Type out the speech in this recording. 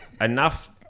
Enough